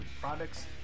products